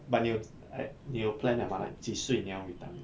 but 你有你有 plan or not ah like 几岁你要 retire